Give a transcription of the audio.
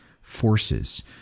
forces